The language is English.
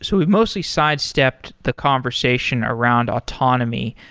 so we've mostly sidestepped the conversation around autonomy.